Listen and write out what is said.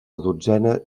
dotzena